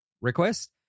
request